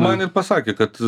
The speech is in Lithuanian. man ir pasakė kad